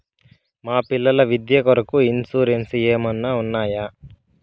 మా పిల్లల విద్య కొరకు ఇన్సూరెన్సు ఏమన్నా ఉన్నాయా?